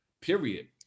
period